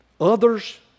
Others